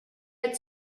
had